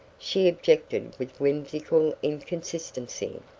she objected with whimsical inconsistency.